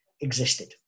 existed